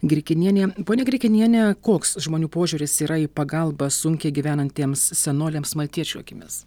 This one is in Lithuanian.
grikinienė ponia grikiniene koks žmonių požiūris yra į pagalbą sunkiai gyvenantiems senoliams maltiečių akimis